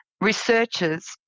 researchers